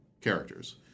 characters